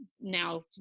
now